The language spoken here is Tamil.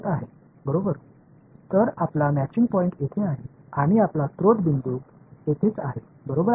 எனவே உங்கள் மேட்சிங் பாயிண்ட்இங்கே முடிவடைகிறது உங்கள் மூல புள்ளி இங்கேயே முடிவடைகிறது